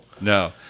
No